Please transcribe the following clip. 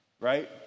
right